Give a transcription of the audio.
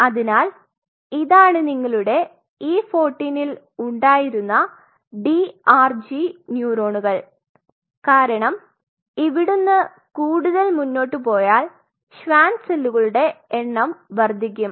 അതിനാൽ ഇതാണ് നിങ്ങളുടെ E14ൽ ഉണ്ടാരുന്ന DRGന്യൂറോണുകൾ കാരണം ഇവിടുന്നു കൂടുതൽ മുന്നോട്ട് പോയാൽ ഷ്വാൻ സെല്ലുകളുടെ എണ്ണം വർധിക്കും